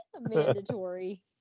Mandatory